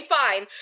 fine